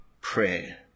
prayer